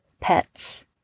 pets